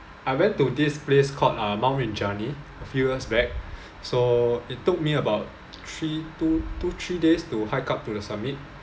I went to this place called ah mount rinjani a few years back so it took me about three two two three days to hike up to the summit